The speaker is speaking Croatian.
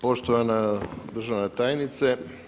Poštovana državna tajnice.